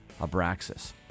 Abraxas